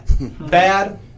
Bad